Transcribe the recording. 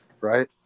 right